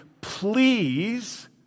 please